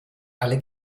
alle